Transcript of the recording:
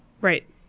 Right